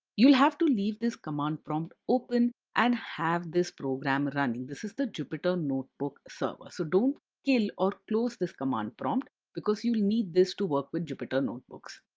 you will have to leave this command prompt open and have this program running. this is the jupyter notebook server. so, don't kill or close this command prompt because you'll need this to work with jupyter notebooks.